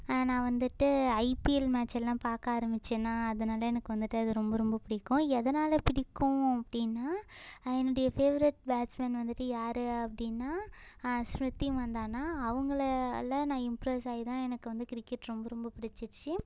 நான் வந்துட்டு IPL match எல்லாம் பார்க்க ஆரம்மிச்சேனா அதனால் எனக்கு வந்துட்டு அது ரொம்ப ரொம்ப பிடிக்கும் எதனால் பிடிக்கும் அப்படினா என்னுடைய ஃபேவரட் பேட்ஸ்மேன் வந்துட்டு யார் அப்படினா ஸ்மிருதி மந்தனா அவங்களால நான் இம்ப்ரஸ் ஆகி தான் எனக்கு வந்து கிரிக்கெட் ரொம்ப ரொம்ப பிடிச்சிச்சி